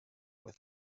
with